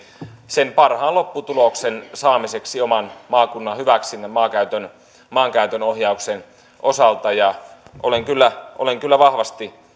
sen parhaan lopputuloksen saamiseksi oman maakunnan hyväksi maankäytön maankäytön ohjauksen osalta olen kyllä olen kyllä vahvasti